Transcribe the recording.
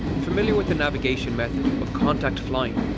familiar with the navigation method of contact flying,